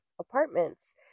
apartments